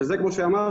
שזה כמו שאמרתי,